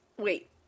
Wait